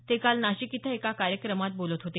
ते काल नाशिक इथं एका कार्यक्रमात बोलत होते